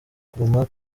kuguma